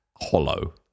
hollow